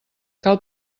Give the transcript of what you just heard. cal